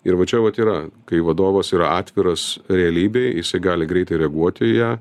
ir va čia vat yra kai vadovas yra atviras realybei jisai gali greitai reaguoti į ją